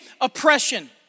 oppression